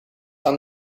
aan